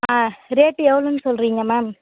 ஆ rate எவ்வளோன்னு சொல்கிறீங்க ma'am